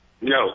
No